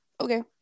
okay